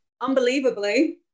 Unbelievably